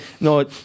no